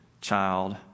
child